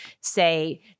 say